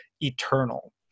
eternal